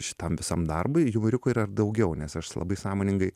šitam visam darbui jumoriuko yra ir daugiau nes aš labai sąmoningai